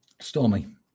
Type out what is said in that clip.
Stormy